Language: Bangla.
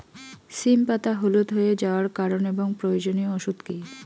সিম পাতা হলুদ হয়ে যাওয়ার কারণ এবং প্রয়োজনীয় ওষুধ কি?